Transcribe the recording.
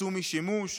יצאו משימוש,